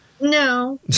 No